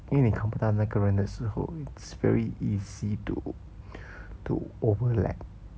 因为你看不到那个人的时候 it's very easy to to overlap